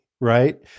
Right